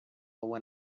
when